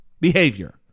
behavior